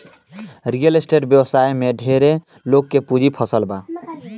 real estate व्यवसाय में ढेरे लोग के पूंजी फंस जाला